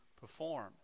perform